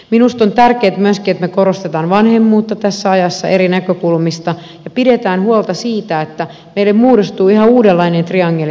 minusta on tärkeätä myöskin että me korostamme vanhemmuutta tässä ajassa eri näkökulmista ja pidämme huolta siitä että meille muodostuu ihan uudenlainen triangeli